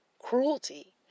cruelty